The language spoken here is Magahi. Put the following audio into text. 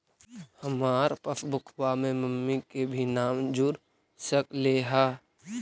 हमार पासबुकवा में मम्मी के भी नाम जुर सकलेहा?